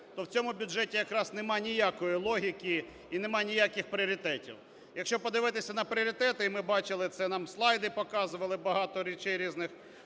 то в цьому бюджеті якраз немає ніякої логіки і немає ніяких пріоритетів. Якщо подивитись на пріоритети, і ми бачили це, нам слайди показували багато речей різних,